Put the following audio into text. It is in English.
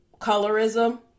colorism